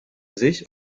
sich